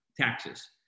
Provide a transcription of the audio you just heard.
taxes